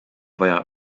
vaja